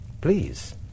Please